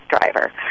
driver